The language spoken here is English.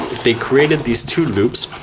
they created these two loops,